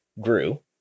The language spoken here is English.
grew